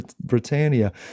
Britannia